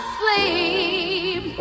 sleep